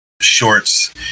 shorts